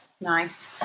nice